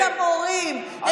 את המורים.